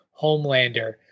Homelander